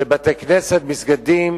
שבתי-כנסת, מסגדים